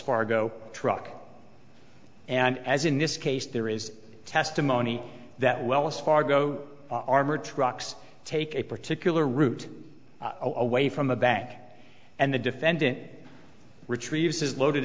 fargo truck and as in this case there is testimony that well if fargo armored trucks take a particular route away from a bank and the defendant retrieves his loaded